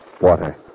Water